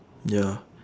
ya